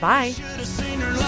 Bye